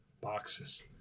boxes